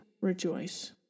rejoice